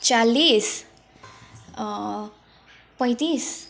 चालिस पैँतिस